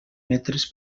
metres